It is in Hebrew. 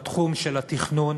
בתחום של התכנון